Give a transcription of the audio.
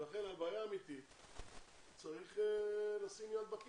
ולכן על בעיה אמתית צריך לשים יד בכיס,